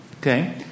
Okay